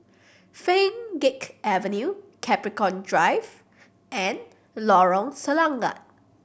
Pheng Geck Avenue Capricorn Drive and Lorong Selangat